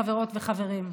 חברות וחברים,